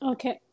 Okay